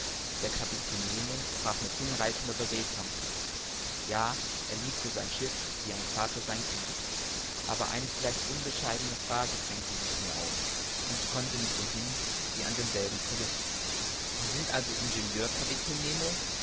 der kapitän nemo sprach mit hinreißender beredtsamkeit ja er liebte sein schiff wie ein vater sein kind aber eine vielleicht unbescheidene frage drängte sich mir auf und ich konnte nicht umhin sie an denselben zu richten sie sind also ingenieur